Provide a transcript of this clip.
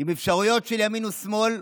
עם אפשרויות של ימין ושמאל,